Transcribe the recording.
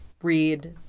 read